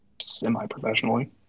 Semi-professionally